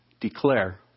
declare